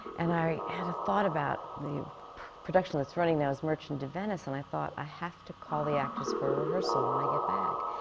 and i had a thought about the production that's running now is merchant of venice. and i thought, i ah have to call the actors for a rehearsal when i get back!